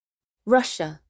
Russia